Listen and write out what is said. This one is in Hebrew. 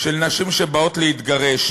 צריכים להיות מהפריפריה,